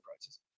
prices